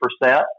percent